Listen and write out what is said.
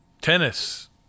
tennis